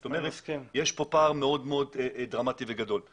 זאת אומרת, יש כאן פער מאוד מאוד דרמטי וגדול.